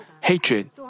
hatred